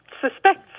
suspect